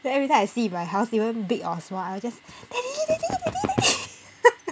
then every time I see in my house even big or small I will just